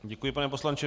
Děkuji, pane poslanče.